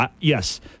Yes